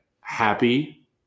happy